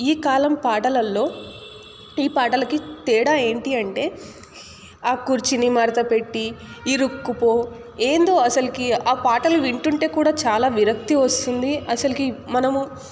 ఈ కాలం పాటలలో ఈ పాటలకి తేడా ఏంటి అంటే ఆ కుర్చీని మడత పెట్టి ఇరుక్కుపో ఏందో అసలుకి ఆ పాటలు వింటుంటే కూడా చాలా విరక్తి వస్తుంది అసలుకి మనము